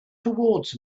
towards